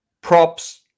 props